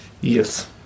yes